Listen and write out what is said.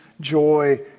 joy